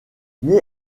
mais